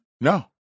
no